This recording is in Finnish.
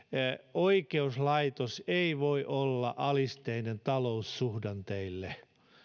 oikeuslaitos ei voi olla alisteinen taloussuhdanteille